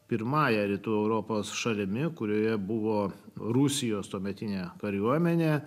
pirmąja rytų europos šalimi kurioje buvo rusijos tuometinę kariuomenę